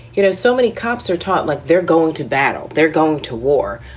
you know, so many cops are taught like they're going to battle. they're going to war.